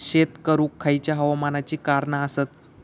शेत करुक खयच्या हवामानाची कारणा आसत?